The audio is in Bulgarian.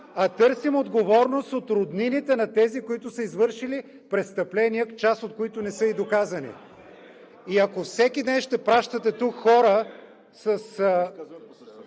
а търсим отговорност от роднините на тези, които са извършили престъпление, част от които не са и доказани. Ако всеки път ще изпращате на тази